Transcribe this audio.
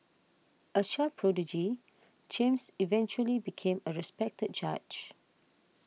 a child prodigy James eventually became a respected judge